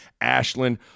Ashland